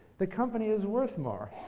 the company is worth more.